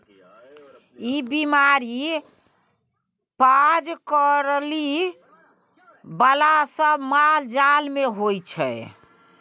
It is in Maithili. ई बीमारी पाज करइ बला सब मालजाल मे होइ छै